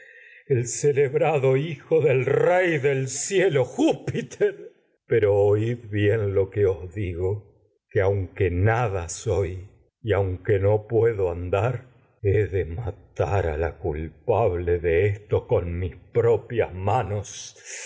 el celebrado que os hijo del que ma rey del cielo júpiter pero oid bien lo nada soy y digo aunque tar a aunque con no puedo andar he de la culpable de esto aquí a mis propias manos